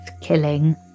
killing